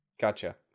Gotcha